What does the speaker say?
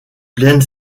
plaintes